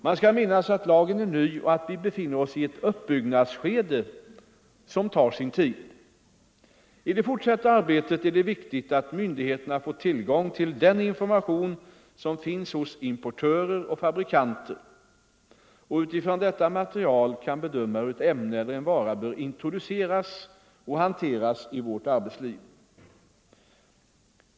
Man skall minnas att lagen är ny och att vi befinner oss i ett uppbyggnadsskede som tar sin tid. I det fortsatta arbetet är det viktigt att myndigheterna får tillgång till den information som finns hos importörer och fabrikanter och utifrån detta material kan bedöma hur ett ämne eller en vara bör introduceras och hanteras i vårt arbetsliv.